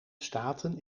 staten